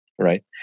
Right